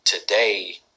today